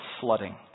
flooding